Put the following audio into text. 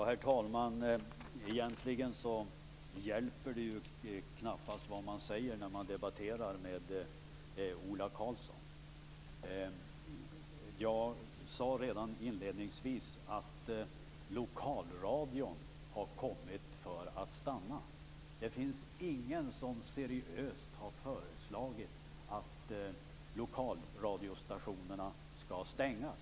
Herr talman! Egentligen hjälper det knappast vad man säger när man debatterar med Ola Karlsson. Jag sade redan inledningsvis att lokalradion har kommit för att stanna. Det finns ingen som seriöst har föreslagit att lokalradiostationerna skall stängas.